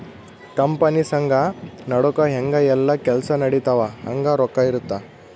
company ಸಂಘ ನಡುಕ ಹೆಂಗ ಯೆಲ್ಲ ಕೆಲ್ಸ ನಡಿತವ ಹಂಗ ರೊಕ್ಕ ಇರುತ್ತ